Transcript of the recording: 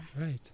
Right